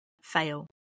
fail